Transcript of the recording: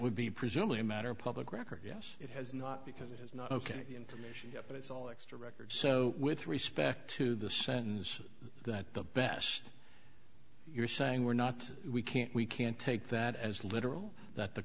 would be presumably a matter of public record yes it has not because it is not ok information but it's all extra records so with respect to the sentence that the best you're saying we're not we can't we can't take that as literal that the